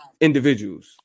individuals